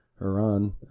Iran